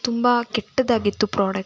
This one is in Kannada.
ತುಂಬ ಕೆಟ್ಟದಾಗಿತ್ತು ಪ್ರೋಡಕ್ಟ್